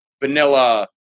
vanilla